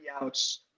outs